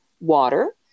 water